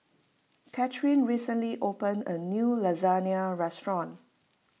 Katherine recently opened a new Lasagna restaurant